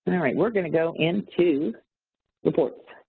and alright, we're gonna go into reports.